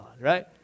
right